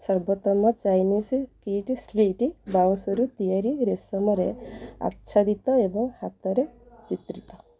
ସର୍ବୋତ୍ତମ Chinese kite split ବାଉଁଶରୁ ତିଆରି ରେଶମରେ ଆଚ୍ଛାଦିତ ଏବଂ ହାତରେ ଚିତ୍ରିତ